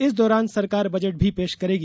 इस दौरान सरकार बजट भी पेश करेगी